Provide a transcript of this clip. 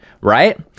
right